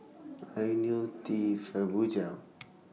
Ionil T Fibogel